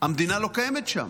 המדינה לא קיימת שם.